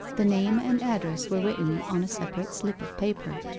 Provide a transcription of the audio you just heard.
the name and address were written on a separate slip of paper.